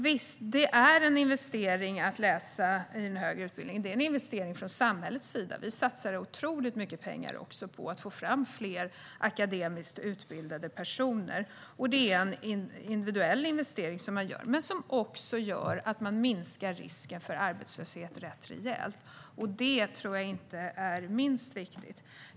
Visst är högre utbildning en investering. Det är en investering från samhällets sida. Vi satsar otroligt mycket pengar på att få fram fler akademiskt utbildade personer. Det är även en individuell investering som man gör, och inte minst tror jag att det är viktigt att den investeringen minskar risken för arbetslöshet rätt rejält.